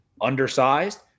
undersized